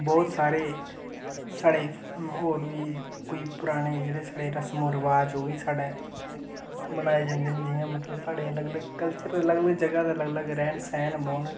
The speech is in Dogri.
बोह्त सारे साढ़े होर बी कोई पराने जेह्ड़े रस्मो रवाज ओह् बी साढ़ै मनाए जंदे न जि'या मतलब साढ़े अलग अलग कल्चरल अलग अलग जगह् दा अलग अलग रैह्न सैह्न बौह्न